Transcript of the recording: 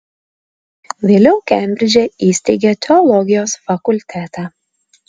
vėliau kembridže įsteigė teologijos fakultetą